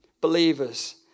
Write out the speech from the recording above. believers